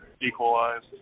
equalized